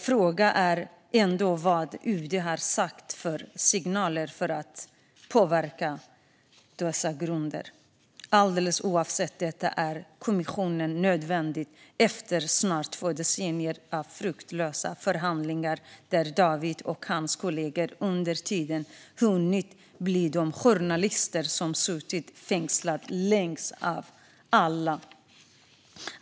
Frågan är vad UD har gett för signaler för att påverka dessa grunder. Alldeles oavsett är en kommission nödvändig efter snart två decennier av fruktlösa förhandlingar, då Dawit och hans kollegor under tiden hunnit bli de journalister som suttit fängslade längst av alla.